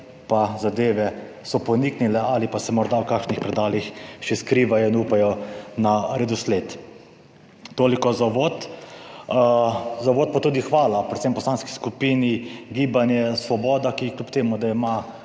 pa zadeve so poniknile ali pa se morda v kakšnih predalih še skrivajo in upajo na redosled. Toliko za uvod. Za uvod pa tudi hvala predvsem v Poslanski skupini Gibanje svoboda, ki kljub temu, da ima